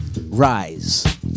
Rise